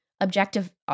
objective